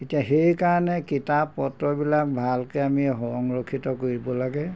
এতিয়া সেইকাৰণে কিতাপ পত্ৰবিলাক ভালকৈ আমি সংৰক্ষিত কৰিব লাগে